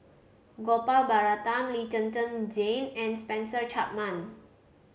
Gopal Baratham Lee Zhen Zhen Jane and Spencer Chapman